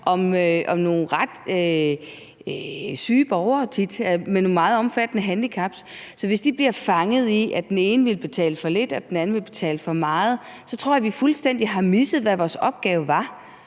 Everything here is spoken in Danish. om nogle ret syge borgere med nogle meget omfattende handicaps. Så hvis de bliver fanget i, at den ene vil betale for lidt og den anden vil betale for meget, tror jeg, vi fuldstændig har misset, hvad vores opgave var.